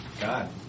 God